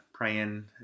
praying